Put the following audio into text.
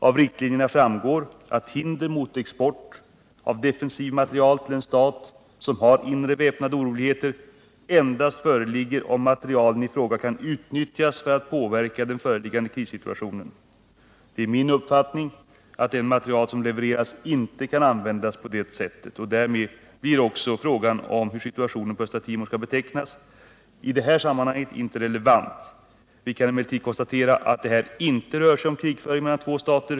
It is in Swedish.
Av riktlinjerna framgår att hinder mot export av defensiv materiel till stat som har inre väpnade oroligheter föreligger endast om materielen kan utnyttjas för att påverka den föreliggande krissituationen. Det är min uppfattning att den materiel som levererats inte kan användas på det sättet, och därmed blir också frågan om hur situationen på Östra Timor skall betcknas i det här sammanhanget inte relevant. Vi kan emellertid konstatera att det här inte rör sig om krigföring mellan två stater.